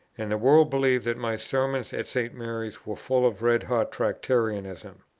and the world believed that my sermons at st. mary's were full of red-hot tractarianism.